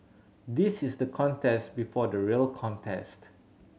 this is the contest before the real contest